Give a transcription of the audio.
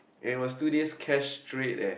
it was two days cash straight leh